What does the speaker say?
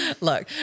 Look